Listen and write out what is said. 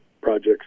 projects